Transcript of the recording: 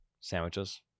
sandwiches